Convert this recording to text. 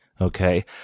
okay